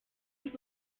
ist